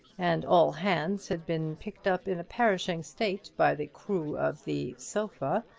and all hands had been picked up in a perishing state by the crew of the sofa,